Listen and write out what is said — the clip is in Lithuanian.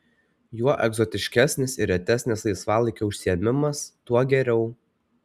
juo egzotiškesnis ir retesnis laisvalaikio užsiėmimas tuo geriau